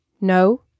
no